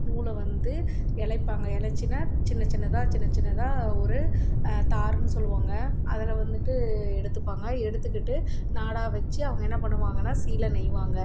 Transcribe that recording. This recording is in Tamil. நூலை வந்து இலைப்பாங்க இலச்சின்னா சின்ன சின்னதாக சின்ன சின்னதாக ஒரு தாருன்னு சொல்லுவோங்க அதில் வந்துட்டு எடுத்துப்பாங்க எடுத்துக்கிட்டு நாடா வச்சு அவங்க என்ன பண்ணுவாங்கன்னா சீலை நெய்வாங்க